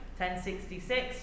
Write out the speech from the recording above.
1066